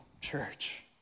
church